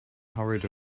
hurried